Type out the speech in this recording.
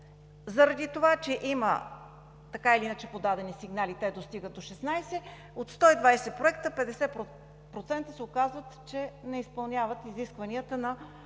заради това че има, така или иначе, подадени сигнали, те достигат до 16, от 120 проекта 50% се оказва, че не изпълняват изискванията на